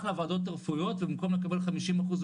לוועדות הרפואיות ובמקום לקבל 50 אחוז,